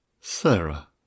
Sarah